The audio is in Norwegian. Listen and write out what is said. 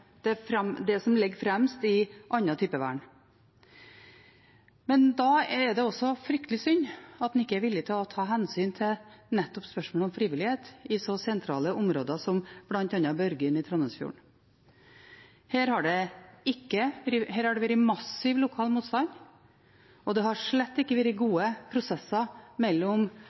det som har ligget fremst i andre typer vern. Da er det fryktelig synd at en ikke er villig til å ta hensyn til nettopp spørsmål om frivillighet i så sentrale områder som bl.a. Børgin i Trondheimsfjorden. Her har det vært massiv lokal motstand, og det har slett ikke vært gode prosesser mellom